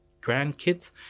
grandkids